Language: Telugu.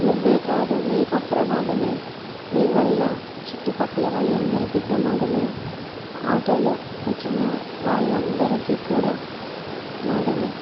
నువ్వే కాదు నీకు ప్రమాదమే నీ వల్ల చుట్టుపక్కల వాళ్ళందరికీ ప్రమాదమే ఆటోలో కుర్చున్న వాళ్ళందరికీ కూడా ప్రమాదమే